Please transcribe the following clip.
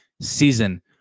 season